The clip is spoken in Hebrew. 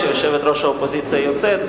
שיושבת-ראש האופוזיציה יוצאת,